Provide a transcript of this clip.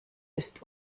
ist